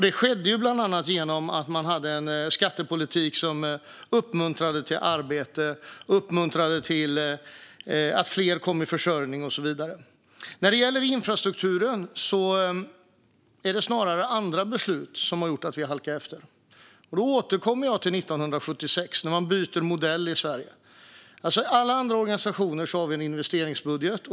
Det skedde bland annat genom att man hade en skattepolitik som uppmuntrade till arbete, uppmuntrade till att fler kom i försörjning och så vidare. När det gäller infrastrukturen är det snarare andra beslut som har gjort att vi har halkat efter. Jag återkommer till 1976, då man bytte modell i Sverige. I alla andra organisationer har vi en investeringsbudget.